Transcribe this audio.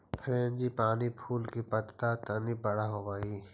frangipani फूल के पत्त्ता तनी बड़ा होवऽ हई